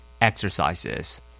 exercises